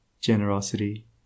generosity